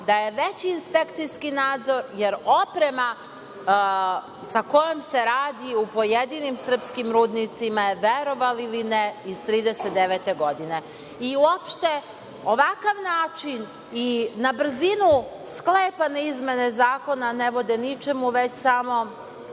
da je veći inspekcijski nadzor, jer oprema sa kojom se radi u pojedinim srpskim rudnicima je, verovali ili ne, iz 1939. godine. Uopšte ovakav način i na brzinu sklepane izmene zakona ne vode ničemu, već samo